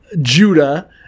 Judah